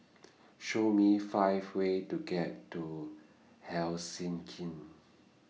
Show Me five ways to get to Helsinki